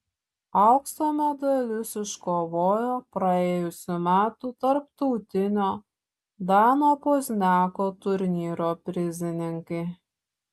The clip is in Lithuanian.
aukso medalius iškovojo praėjusių metų tarptautinio dano pozniako turnyro prizininkai